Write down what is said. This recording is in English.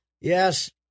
Yes